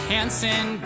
Hansen